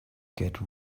get